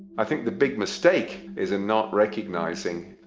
i think the big mistake is in not recognizing